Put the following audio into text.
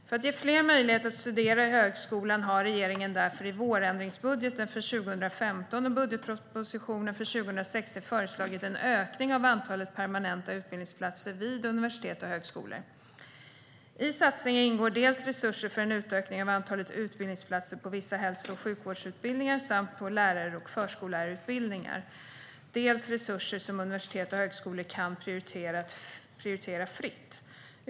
För att ge fler möjlighet att studera i högskolan har regeringen därför i vårändringsbudgeten för 2015 och budgetpropositionen för 2016 föreslagit en ökning av antalet permanenta utbildningsplatser vid universitet och högskolor. I satsningen ingår dels resurser för en utökning av antalet utbildningsplatser på vissa hälso och sjukvårdsutbildningar samt lärar och förskollärarutbildningar, dels resurser som universitet och högskolor kan prioritera fritt.